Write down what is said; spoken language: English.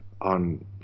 on